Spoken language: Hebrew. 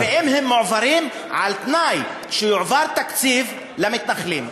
ואם הם מועברים, על תנאי, שיועבר תקציב למתנחלים.